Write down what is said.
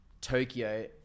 Tokyo